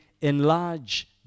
enlarge